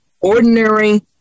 ordinary